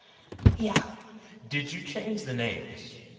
yeah did you change the names?